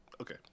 Okay